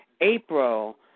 April